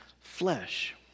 flesh